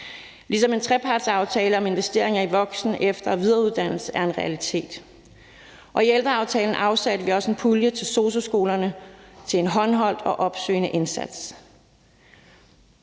også en trepartsaftale om investeringer i voksen, efter- og videreuddannelse er en realitet. Og i ældreaftalen afsatte vi også en pulje til sosu-skolerne til en håndholdt og opsøgende indsats.